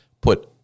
put